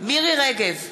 מירי רגב,